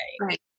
Right